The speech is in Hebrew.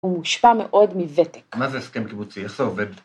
‫הוא מושפע מאוד מוותק. ‫-מה זה הסכם קיבוצי? איך זה עובד?